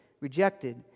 rejected